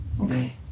Okay